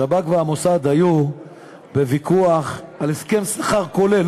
השב"כ והמוסד היו בוויכוח על הסכם שכר כולל,